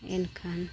ᱮᱱᱠᱷᱟᱱ